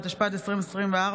התשפ"ד 2024,